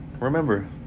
remember